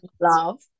love